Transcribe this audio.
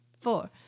four